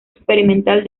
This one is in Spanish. experimental